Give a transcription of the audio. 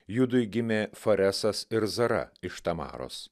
judui gimė faresas ir zara iš tamaros